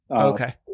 Okay